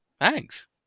thanks